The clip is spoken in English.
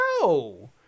No